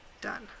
Done